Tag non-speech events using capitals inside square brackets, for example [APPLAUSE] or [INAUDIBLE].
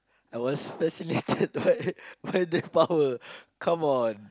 I was [LAUGHS] fascinated by the power come on